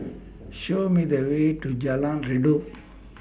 Show Me The Way to Jalan Redop